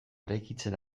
eraikitzen